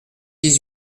dix